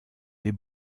des